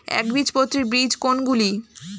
একবীজপত্রী বীজ কোন গুলি?